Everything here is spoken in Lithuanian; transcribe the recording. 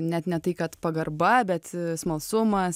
net ne tai kad pagarba bet smalsumas